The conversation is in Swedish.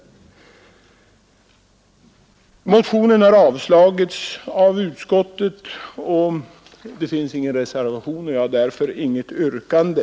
Motionen har avstyrkts av utskottet och det finns ingen reservation. Jag har därför inget yrkande.